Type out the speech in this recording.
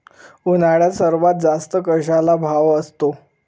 उन्हाळ्यात सर्वात जास्त कशाला भाव असतो?